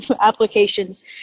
applications